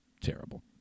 terrible